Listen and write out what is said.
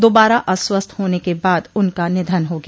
दोबारा अस्वस्थ होने के बाद उनका निधन हो गया